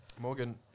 Morgan